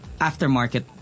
aftermarket